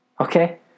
Okay